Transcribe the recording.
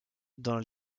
dans